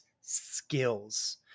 skills